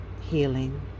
healing